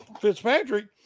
Fitzpatrick